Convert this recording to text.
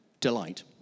delight